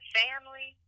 family